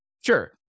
Sure